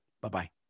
Bye-bye